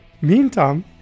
Meantime